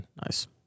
Nice